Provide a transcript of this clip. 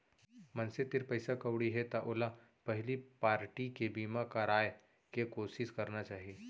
मनसे तीर पइसा कउड़ी हे त ओला पहिली पारटी के बीमा कराय के कोसिस करना चाही